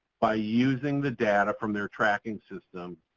by using the data from their tracking system,